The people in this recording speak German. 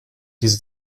diese